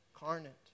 incarnate